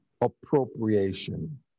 appropriation